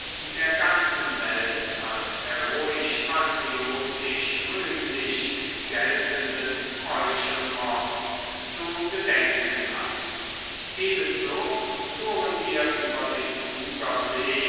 der ganzen welt als heroisch patriotisch rühmlich geltenden meuchelmord zu gedenken hatten ebenso fuhren wir über den